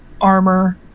armor